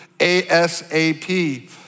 A-S-A-P